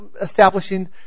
establishing